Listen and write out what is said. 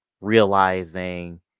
realizing